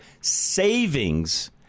savings